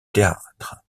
théâtre